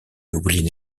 willie